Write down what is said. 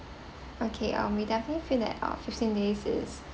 okay um we definitely feel that uh fifteen days is